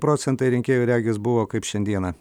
procentai rinkėjų regis buvo kaip šiandieną